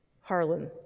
Harlan